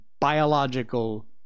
biological